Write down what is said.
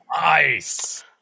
nice